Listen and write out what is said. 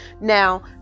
now